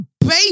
baby